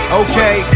okay